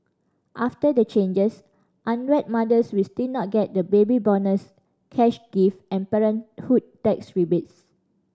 after the changes unwed mothers will still not get the Baby Bonus cash gift and parenthood tax rebates